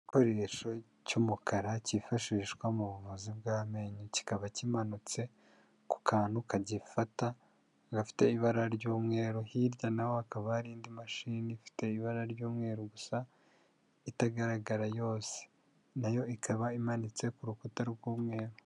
Igikoresho cy'umukara cyifashishwa mu buvuzi bw'amenyo kikaba kimanutse ku kantu kagifata gafite ibara ry'umweru, hirya naho hakaba hari indi mashini ifite ibara ry'umweru gusa itagaragara yose, nayo ikaba imanitse ku rukuta rw'umweru.